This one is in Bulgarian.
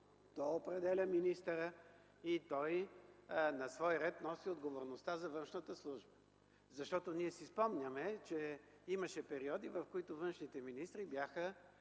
той определя министъра и той на свой ред носи отговорността за външната служба. Защото ние си спомняме, че имаше периоди, в които външните министри бяха